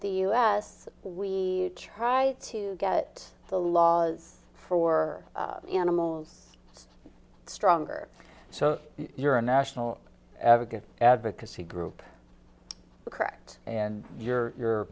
the u s we try to get the laws for animals stronger so you're a national advocate advocacy group correct and your